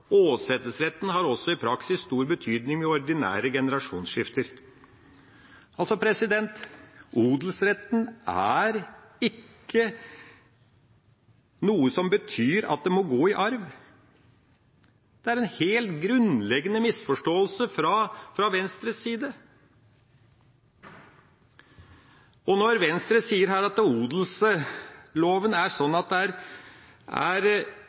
Åsetesretten har også i praksis stor betydning ved ordinære generasjonsskifter.» Odelsretten betyr ikke at det «må gå i arv» – det er en helt grunnleggende misforståelse fra Venstres side. Og når Venstre sier at odelsloven er sånn at det er mer «en odelsplikt enn en odelsrett», er